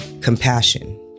Compassion